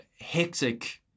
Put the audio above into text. hectic